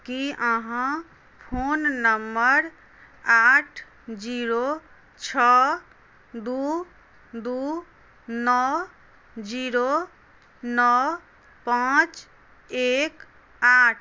की अहाँ phone number आठ zero छओ दू दू नओ जीरो नओ पांच एक आठ